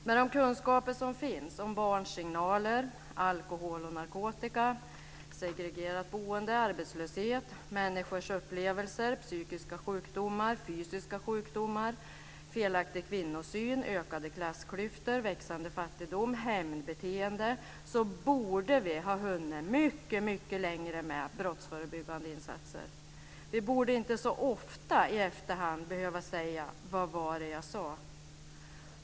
Med de kunskaper som finns om barns signaler, alkohol och narkotika, segregerat boende, arbetslöshet, människors upplevelser, psykiska sjukdomar, fysiska sjukdomar, felaktig kvinnosyn, ökade klassklyftor, växande fattigdom, hämndbeteende borde vi ha hunnit mycket mycket längre med brottsförebyggande insatser. Vi borde inte så ofta i efterhand behöva säga: Vad var det jag sade?